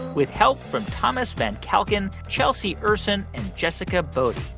with help from thomas van kalken, chelsea ursin and jessica bodhi.